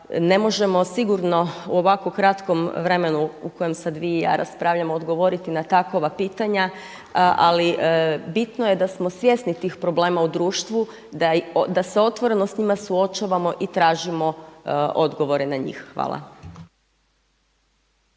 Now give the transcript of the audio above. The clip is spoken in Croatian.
ne možemo sigurno u ovako kratkom vremenu u kojem sada vi i ja raspravljamo odgovoriti na takova pitanja, ali bitno je da smo svjesni tih problema u društvu, da se otvoreno s njima suočavamo i tražimo odgovore na njih. Hvala.